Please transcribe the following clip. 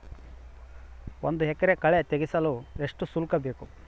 ಒಂದು ಎಕರೆ ಕಳೆ ತೆಗೆಸಲು ಎಷ್ಟು ಶುಲ್ಕ ಬೇಕು?